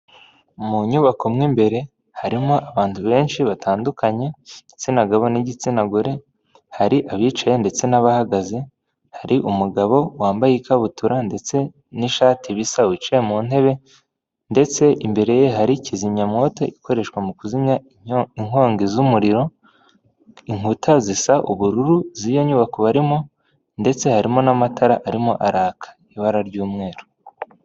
Mu inyubako imwe mbere harimo abantu benshi batandukanye igitsina gabo n'igitsina gore hari abicaye ndetse n'abahagaze hari umugabo wambaye ikabutura ndetse n'ishati bisa wicaye mu ntebe ndetse imbere ye hari kizimyamwoto ikoreshwa mu kuzimya inkongi z'umuriro inkuta zisa ubururu z'iyo nyubako barimo ndetse harimo n'amatara arimo araka ibara ry'umweru.